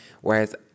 whereas